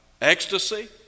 ecstasy